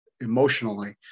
emotionally